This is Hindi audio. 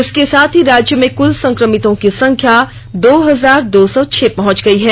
इसके साथ ही राज्य में कल संक्रमितों की संख्या दो हजार दो सौ छह पहुंच गई है